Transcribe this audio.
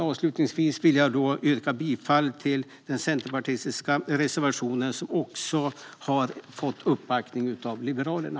Avslutningsvis vill jag yrka bifall till den centerpartiska reservationen, som har fått uppbackning av Liberalerna.